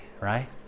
right